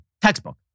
textbook